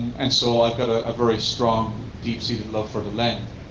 and so i've got a very strong, deep-seated love for the land.